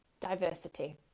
diversity